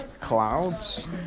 Clouds